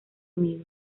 amigo